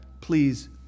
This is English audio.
please